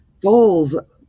goals